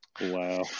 Wow